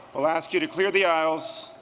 we'll ask you to clear the aisles,